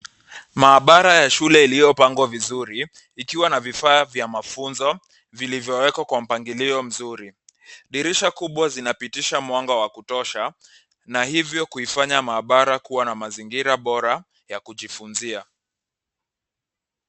Maabara ya shule iliyo pangwa vizuri ikiwa na vifaa vya mafunzo vilivyo wekwa kwa mpangilio mzuri dirisha kubwa zinapitisha mwanga wa kutosha na hivyo kuifanya maabara kuwa na mazingira bora ya kujifunzia.